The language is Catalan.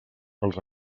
als